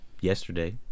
yesterday